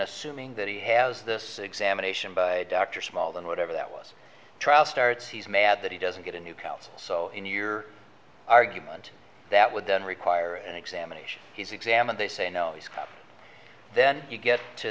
assuming that he has this examination by dr small then whatever that was trial starts he's mad that he doesn't get a new count so in your argument that would then require an examination he's examined they say no he's then you get to